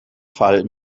fall